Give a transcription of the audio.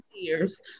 years